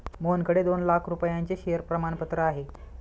मोहनकडे दोन लाख रुपयांचे शेअर प्रमाणपत्र आहे